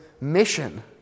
mission